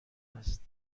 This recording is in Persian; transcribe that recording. است